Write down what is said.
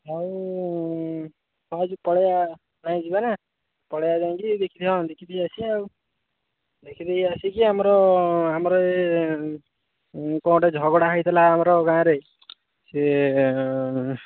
ଆଉ ମୁଁ ଭାବୁଛି ପଳେଇବା ନାଇଁ ଯିବାନା ପଳେଇବା ଯାଇକିରି ଦେଖି ହଁ ଦେଖିଦେଇକି ଆସିବା ଆଉ ଦେଖିଦେଇକି ଆସିକି ଆମର ଆମର ଏ କ'ଣ ଗୋଟେ ଝଗଡ଼ା ହେଇଥିଲା ଆମର ଗାଁରେ ସିଏ